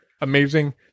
amazing